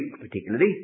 particularly